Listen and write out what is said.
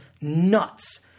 nuts